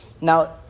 Now